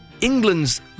England's